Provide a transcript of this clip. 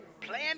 Plan